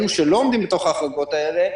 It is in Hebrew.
אלה שלא עומדים בתוך ההחרגות האלה,